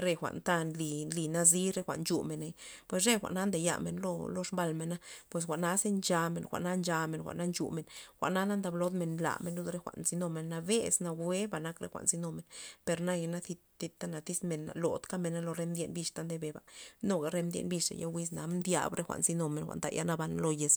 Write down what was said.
re jwa'nta nly- nly nazi re jwa'n nchumeney per re jwa'na ndayamen lo xbalmen pue jwa'na ze nchame jwa'na nchamen jwa'na nchumen jwa'na na ndab lod men tab men re jwa'n nzynu men nabez nawueba jwan' nak jwa'n nzynumen per naya na zipta tyz men na lod mena re lo mden biz ta nde beba nuga re mde bixa ye wiz mdyaba re jwa'n nzynumena jwa'n nda yal naban lo yez men reya.